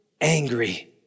angry